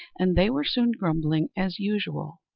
and they were soon grumbling as usual,